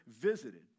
visited